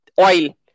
oil